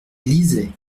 lisaient